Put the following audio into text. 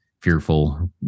fearful